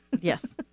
Yes